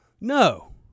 No